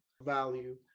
value